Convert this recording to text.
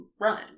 run